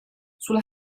sulla